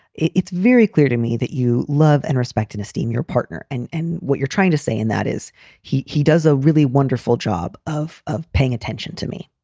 it's very clear to me that you love and respect and esteem your partner. and and what you're trying to say in that is he he does a really wonderful job of of paying attention to me.